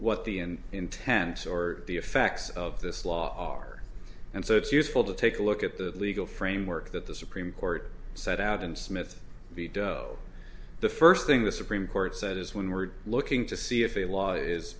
what the end intents or the effects of this law are and so it's useful to take a look at the legal framework that the supreme court set out and smith the first thing the supreme court said is when we're looking to see if a law is